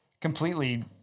completely